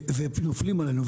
ונופלים עלינו.